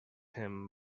him